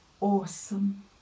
awesome